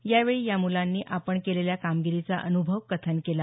यावेळी या मुलांनी आपण केलेल्या कामगिरीचा अन्भव कथन केला